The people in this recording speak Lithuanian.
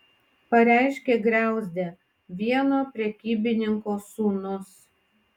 pareiškė griauzdė vieno prekybininko sūnus